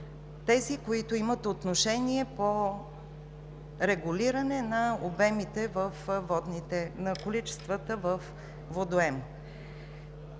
тези, които имат отношение по регулиране обемите на количествата във водоема.